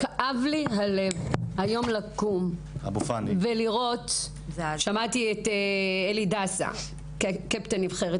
כאב לי הלב לקום היום ולשמוע את קפטן נבחרת